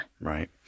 Right